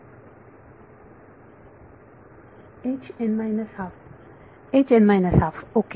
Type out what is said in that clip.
विद्यार्थी ओके